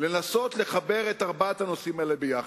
לנסות לחבר את ארבעת הנושאים האלה ביחד.